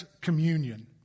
communion